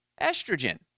estrogen